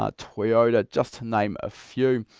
ah toyota just to name a few.